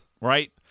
Right